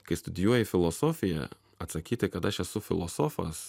kai studijuoji filosofiją atsakyti kad aš esu filosofas